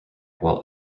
while